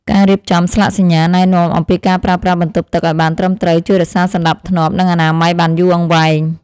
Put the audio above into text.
ការរៀបចំស្លាកសញ្ញាណែនាំអំពីការប្រើប្រាស់បន្ទប់ទឹកឱ្យបានត្រឹមត្រូវជួយរក្សាសណ្តាប់ធ្នាប់ និងអនាម័យបានយូរអង្វែង។